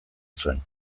zuen